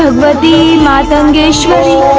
ah lady matangeshwari.